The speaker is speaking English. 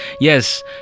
Yes